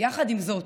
יחד עם זאת,